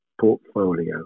portfolio